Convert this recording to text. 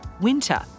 winter